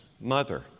mother